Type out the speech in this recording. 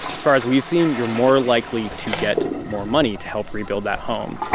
as far as we've seen, you're more likely to get more money to help rebuild that home.